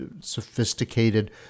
sophisticated